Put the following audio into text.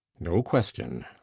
no question.